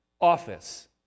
office